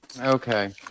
Okay